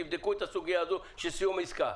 תבדקו את הסוגיה הזו של סיום עסקה.